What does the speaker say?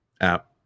app